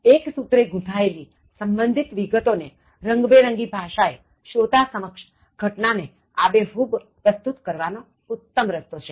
એક્સૂત્રે ગૂંથાયેલી સંબંધિત વિગતો ને રંગબેરંગી ભાષા એ શ્રોતાઓ સમક્ષ ઘટનાને આબેહૂબ પ્રસ્તુત કરવા નો ઉત્તમ રસ્તો છે